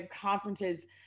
conferences